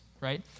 right